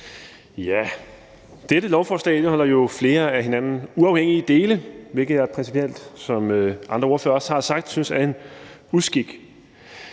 Dette lovforslag indeholder jo flere af hinanden uafhængige dele, hvilket jeg principielt, som andre ordførere også har sagt, synes er en uskik.